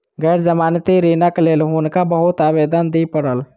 गैर जमानती ऋणक लेल हुनका बहुत आवेदन दिअ पड़ल